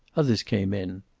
others came in.